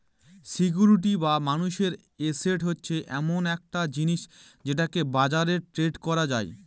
security বা মানুষের asset হচ্ছে এমন একটা জিনিস যেটাকে বাজারে ট্রেড করা যায়